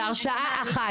זה הרשעה אחת,